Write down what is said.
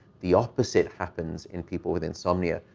the opposite happens in people with insomnia.